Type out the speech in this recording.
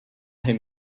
him